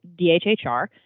DHHR